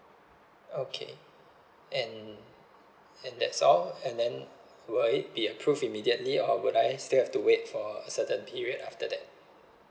okay and and that's all and then will it be approved immediately or would I still have to wait for a certain period after that